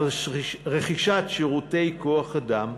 על רכישת שירותי כוח-אדם,